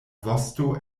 vosto